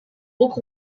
book